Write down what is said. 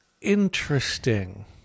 interesting